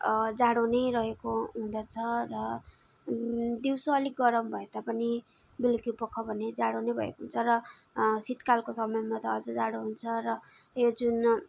जाडो नै रहेको हुँदछ र दिउँसो अलिक गरम भए तापनि बेलुकीपख भने जाडो नै भएको हुन्छ र शीतकालको समयमा त अझ जाडो हुन्छ र